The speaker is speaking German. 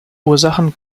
ursachen